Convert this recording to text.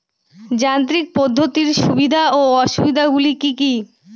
যান্ত্রিক পদ্ধতির সুবিধা ও অসুবিধা গুলি কি কি?